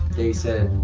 they said.